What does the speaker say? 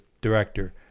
director